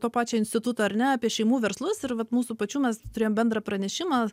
to pačio instituto ar ne apie šeimų verslus ir vat mūsų pačių mes turėjom bendrą pranešimą